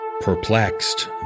Perplexed